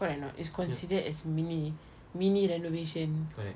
correct or not it's considerd as mini mini renovation